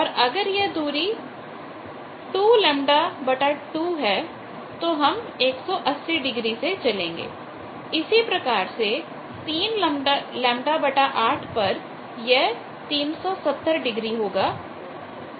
और अगर यह दूरी 2 λ 2 तो हम 180 डिग्री से चलेंगे इसी प्रकार से 3 λ 8 पर यह 370 डिग्री होगा